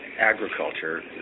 agriculture